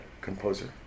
composer